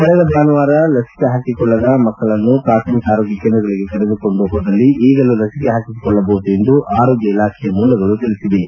ಕಳೆದ ಭಾನುವಾರ ಲಸಿಕೆ ಹಾಕಿಸಿಕೊಳ್ಳದ ಮಕ್ಕಳನ್ನು ಪ್ರಾಥಮಿಕ ಆರೋಗ್ಯ ಕೇಂದ್ರಗಳಗೆ ಕರೆದುಕೊಂದು ಹೋದಲ್ಲಿ ಈಗಲೂ ಲಸಿಕೆ ಹಾಕಿಸಿಕೊಳ್ಳಬಹುದು ಎಂದು ಆರೋಗ್ಯ ಇಲಾಖೆ ಮೂಲಗಳು ತಿಳಿಸಿವೆ